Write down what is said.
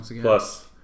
Plus